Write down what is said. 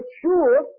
sure